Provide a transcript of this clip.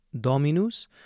dominus